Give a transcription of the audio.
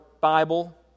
Bible